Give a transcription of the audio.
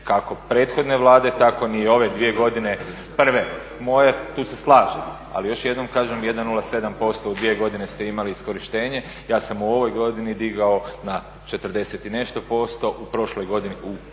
kako prethodne Vlade tako ni ove dvije godine prve moje, tu se slažem. Ali još jednom kažem 1,07% u dvije godine ste imali iskorištenje. Ja sam u ovoj godini digao na 40 i nešto posto, u prošloj godini, u